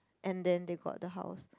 and then they got the house